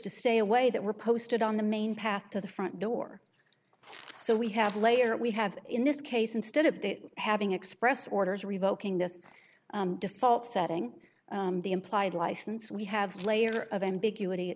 to stay away that were posted on the main path to the front door so we have layer that we have in this case instead of having express orders revoking this default setting the implied license we have layer of ambiguity